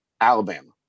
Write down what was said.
Alabama